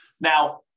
Now